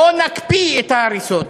בוא נקפיא את ההריסות,